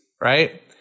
right